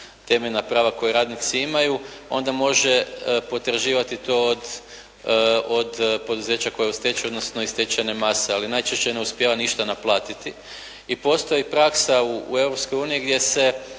temeljna prava koja radnici imaju onda može potraživati to od poduzeća koje je u stečaju ili stečajne mase, ali najčešće ne uspijeva ništa naplatiti. I postoji praksa u Europskoj